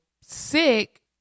sick